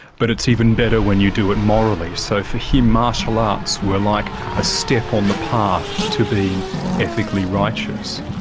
but it's even better when you do it morally. so for him martial arts were like a step on the path to being ethically righteous.